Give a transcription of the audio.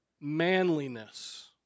manliness